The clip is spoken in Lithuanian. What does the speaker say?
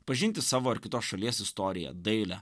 pažinti savo ar kitos šalies istoriją dailę